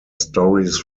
stories